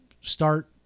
start